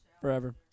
forever